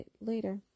later